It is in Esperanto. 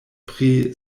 pri